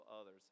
others